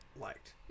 liked